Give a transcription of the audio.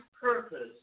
purpose